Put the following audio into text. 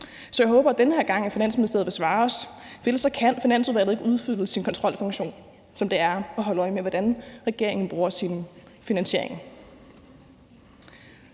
Så jeg håber, at Finansministeriet denne gang vil svare os, for ellers kan Finansudvalget ikke udfylde sin kontrolfunktion, som er at holde øje med, hvordan regeringen bruger sin finansiering.